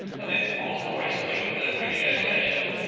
and then of course more recently with the renegotiation,